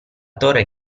torre